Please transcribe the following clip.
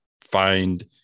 find